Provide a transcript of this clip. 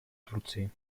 турции